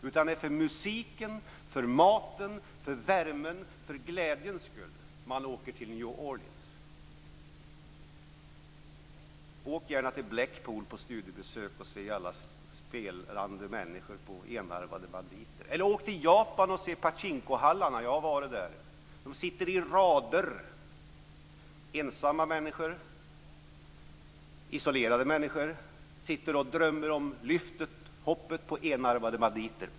Det är för musikens, för matens, för värmens och för glädjens skull man åker till Åk gärna till Blackpool på studiebesök och se alla spelande människor vid enarmade banditer! Eller åk till Japan och se patchinkohallarna! Jag har varit där. De sitter i rader. Ensamma människor, isolerade människor sitter och drömmer om lyftet, hoppas på enarmade banditer.